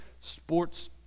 sports